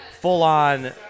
full-on